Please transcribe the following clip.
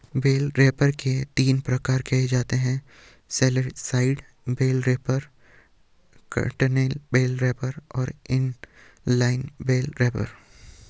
bell wrapper के तीन प्रकार कहे जाते हैं satellite bale wrapper, turntable bale wrapper और इन लाइन बेल रैपर